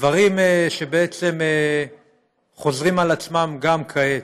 דברים שבעצם חוזרים על עצמם גם כעת,